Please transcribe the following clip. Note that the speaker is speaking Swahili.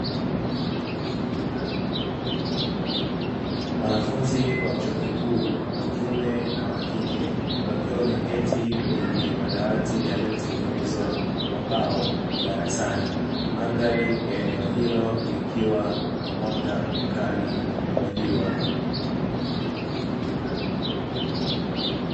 Wanafunzi wa chuo kikuu wa kiume na wakike wakiwa wameketi kwenye madawati yaliyotengenezwa kwa mbao darasani. Mandhari ya eneo hilo likiwa lina mwanga mkali wa jua.